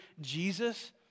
Jesus